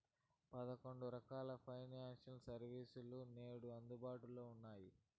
పదకొండు రకాల financial service లు నేడు అందుబాటులో ఉన్నాయి